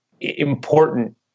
important